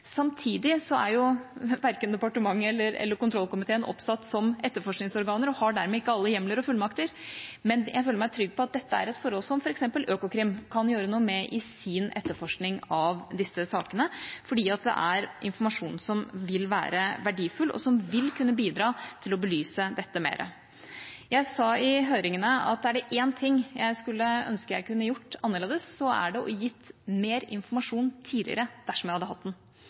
Samtidig er jo verken departementet eller kontrollkomiteen oppsatt som etterforskningsorganer og har dermed ikke alle hjemler og fullmakter, men jeg føler meg trygg på at dette er et forhold som f.eks. Økokrim kan gjøre noe med i sin etterforskning av disse sakene, fordi det er informasjon som vil være verdifull, og som vil kunne bidra til å belyse dette mer. Jeg sa i høringene at er det én ting jeg skulle ønske jeg kunne gjort annerledes, er det å ha gitt mer informasjon tidligere, dersom jeg hadde hatt den.